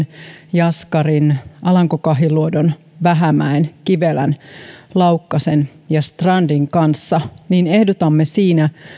jaskari alanko kahiluoto vähämäki kivelä laukkanen ja strand kanssa ja ehdotamme siinä